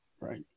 Right